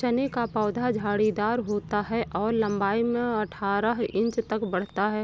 चने का पौधा झाड़ीदार होता है और लंबाई में अठारह इंच तक बढ़ता है